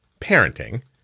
Parenting